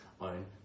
own